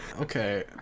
Okay